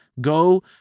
Go